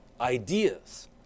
Ideas